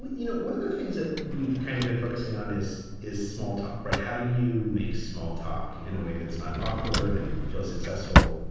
you know, one of the things that we've kind of been focusing on is, is small talk. right. how do you make small talk in a way that's not awkward and feel successful?